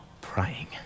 praying